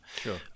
Sure